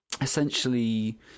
essentially